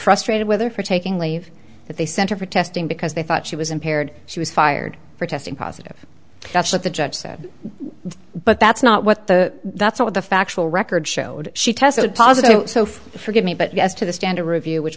frustrated with her for taking leave but they sent her protesting because they thought she was impaired she was fired for testing positive that's what the judge said but that's not what the that's what the factual record showed she tested positive so far forgive me but yes to the stand a review which